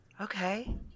Okay